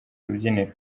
rubyiniro